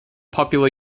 popular